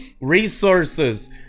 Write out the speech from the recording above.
resources